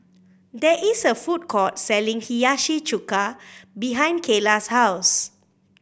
there is a food court selling Hiyashi Chuka behind Kaela's house